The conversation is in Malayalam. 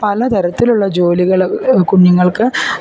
പലതരത്തിലുള്ള ജോലികൾ കുഞ്ഞുങ്ങൾക്ക്